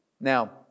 Now